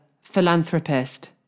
philanthropist